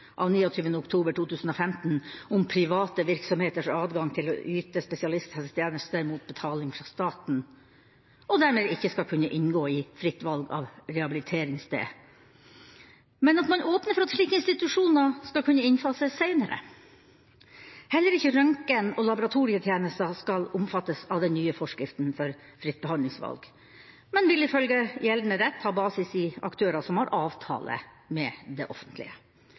av 29. oktober 2015 om private virksomheters adgang til å yte spesialisthelsetjenester mot betaling fra staten, og dermed ikke skal kunne inngå i fritt valg av rehabiliteringssted, men at man åpner for at slike institusjoner skal kunne innfases seinere. Heller ikke røntgen- og laboratorietjenester skal omfattes av den nye forskriften for fritt behandlingsvalg, men vil ifølge gjeldende rett ha basis i aktører som har avtale med det offentlige.